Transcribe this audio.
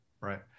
Right